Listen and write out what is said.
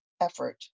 effort